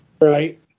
Right